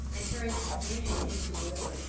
and turned confusion into order.